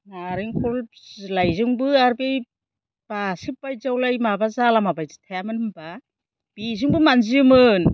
नारेंखल बिलायजोंबो आरो बे बासेब बायदियावलाय माबा जालामा बायदि थायामोन होनबा बेजोंबो मानजियोमोन